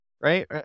Right